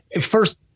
First